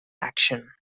action